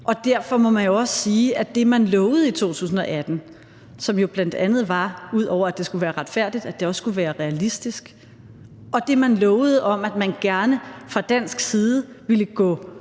Og derfor må man jo også sige, at det, man lovede i 2018, som jo bl.a. var, at det ud over at være retfærdigt også skulle være realistisk, og det, man lovede, om, at man gerne fra dansk side ville gå